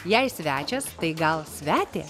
jei svečias staiga svetė